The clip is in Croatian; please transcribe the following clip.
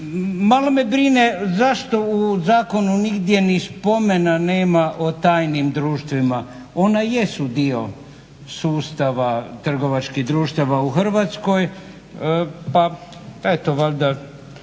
Malo me brine zašto u zakonu nigdje ni spomena nema o tajnim društvima, ona jesu dio sustava trgovačkih društava u Hrvatskoj pa eto valjda,